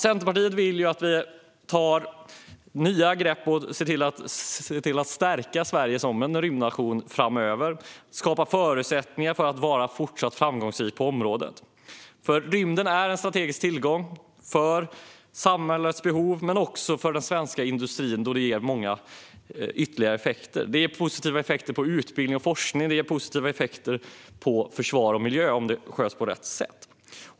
Centerpartiet vill att vi tar nya grepp för att stärka Sverige som rymdnation framöver och skapa förutsättningar för att Sverige ska fortsätta vara framgångsrikt på området. Rymden är en strategisk tillgång för samhällets behov men också för svensk industri, då den ger många ytterligare effekter. Det ger positiva effekter på utbildning och forskning, på försvar och på miljö om detta sköts på rätt sätt.